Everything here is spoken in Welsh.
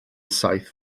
saith